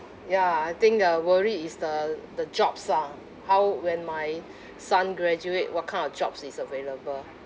ya I think the worry is the the jobs ah how when my son graduate what kind of jobs is available